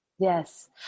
Yes